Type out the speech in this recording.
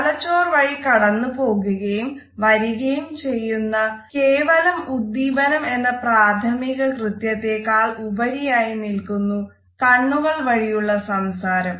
തലച്ചോർ വഴി കടന്നു പോകുകയും വരികയും ചെയ്യുന്ന കേവലം ഉദ്ധീപനം എന്ന പ്രാഥമിക കൃത്യത്തേക്കാൾ ഉപരിയായി നിൽക്കുന്നു കണ്ണുകൾ വഴിയുള്ള സംസാരം